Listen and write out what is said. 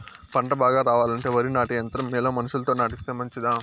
పంట బాగా రావాలంటే వరి నాటే యంత్రం మేలా మనుషులతో నాటిస్తే మంచిదా?